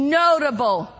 notable